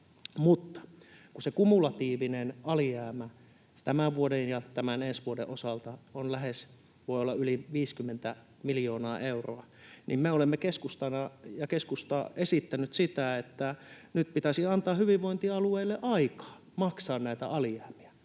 Mutta kun se kumulatiivinen alijäämä tämän vuoden ja ensi vuoden osalta voi olla yli 50 miljoonaa euroa, niin keskusta on esittänyt sitä, että nyt pitäisi antaa hyvinvointialueille aikaa maksaa näitä alijäämiä.